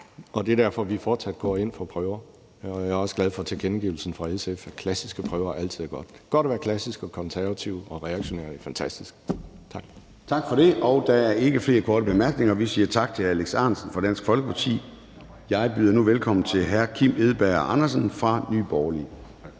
Og det er derfor, vi fortsat går ind for prøver. Jeg er også glad for tilkendegivelsen fra SF om, at klassiske prøver altid er godt. Det er godt at være klassisk og konservativ og reaktionær – det er fantastisk. Tak. Kl. 14:01 Formanden (Søren Gade): Tak for det. Der er ikke flere korte bemærkninger, og vi siger tak til hr. Alex Ahrendtsen fra Dansk Folkeparti. Jeg byder nu velkommen til hr. Kim Edberg Andersen fra Nye Borgerlige. Kl.